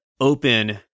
open